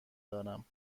دارم